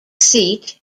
seat